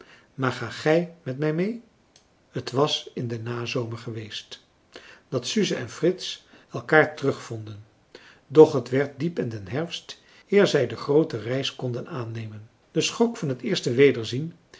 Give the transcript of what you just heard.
maar ga gij met mij mee t was in den nazomer geweest dat suze en frits elkaar terugvonden doch het werd diep in den herfst eer zij de groote reis konden aannemen de schok van het eerste wederzien